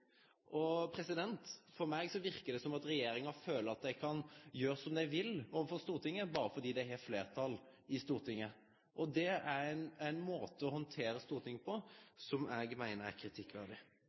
uforsvarlig saksbehandling. For meg virker det som om regjeringen føler at den kan gjøre hva den vil overfor Stortinget bare fordi den har flertall. Og det er en måte å håndtere Stortinget på